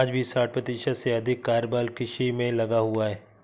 आज भी साठ प्रतिशत से अधिक कार्यबल कृषि में लगा हुआ है